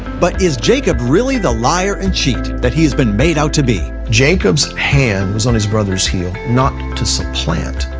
but is jacob really the liar and cheat that he's been made out to be? jacob's hand was on his brother's heel not to supplant,